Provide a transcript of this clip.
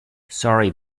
sorry